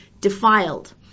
defiled